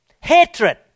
Hatred